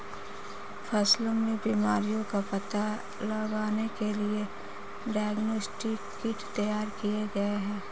फसलों में बीमारियों का पता लगाने के लिए डायग्नोस्टिक किट तैयार किए गए हैं